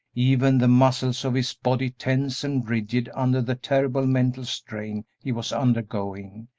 even the muscles of his body tense and rigid under the terrible mental strain he was undergoing,